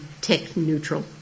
tech-neutral